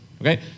okay